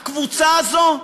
הקבוצה הזאת,